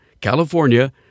California